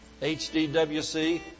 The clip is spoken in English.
HDWC